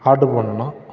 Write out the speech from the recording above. order பண்ணிணோம்